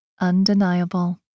Undeniable